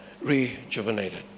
rejuvenated